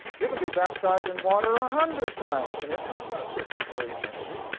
you can be baptized in water a hundred times and its not going to fit you for eternity.